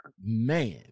man